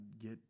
get